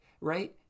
right